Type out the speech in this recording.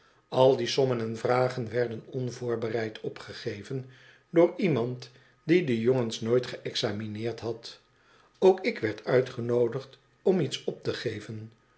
al die sommen en vragen werden onvoorbereid opgegeven door iemand die do jongens nooit geëxamineerd had ook ik werd uitgenoodigd om iets op te geven